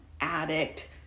addict